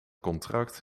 contract